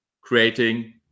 creating